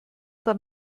dann